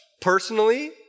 Personally